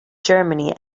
germany